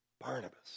Barnabas